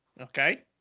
Okay